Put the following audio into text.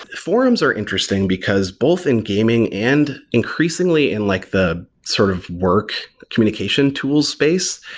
forums are interesting, because both in gaming and increasingly in like the sort of work communication tool space,